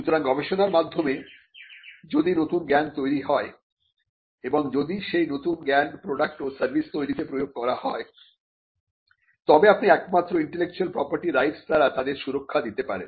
সুতরাং গবেষণার মাধ্যমে যদি নতুন জ্ঞান তৈরি হয় এবং যদি সেই নতুন জ্ঞান প্রোডাক্ট ও সার্ভিস তৈরিতে প্রয়োগ করা হয় তবে আপনি একমাত্র ইন্টেলেকচুয়াল প্রপার্টি রাইটস দ্বারা তাদের সুরক্ষা দিতে পারেন